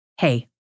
Hey